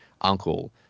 uncle